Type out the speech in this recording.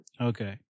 Okay